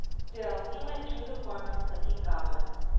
still he went through the form of clinking goblets.